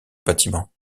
bâtiment